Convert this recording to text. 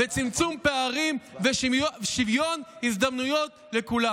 צמצום פערים ושוויון הזדמנויות לכולם.